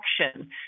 action